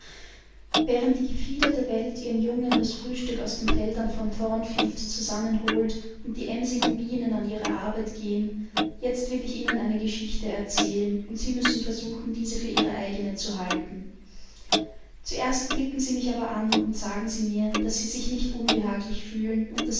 während die gefiederte welt ihren jungen das frühstück aus den feldern von thornfield zusammenholt und die emsigen bienen an ihre arbeit gehen jetzt will ich ihnen eine geschichte erzählen und sie müssen versuchen diese für ihre eigene zu halten zuerst blicken sie mich aber an und sagen sie mir daß sie sich nicht unbehaglich fühlen und